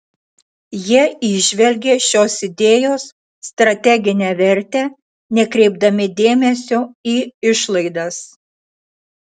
jie įžvelgė šios idėjos strateginę vertę nekreipdami dėmesio į išlaidas